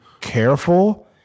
careful